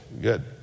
good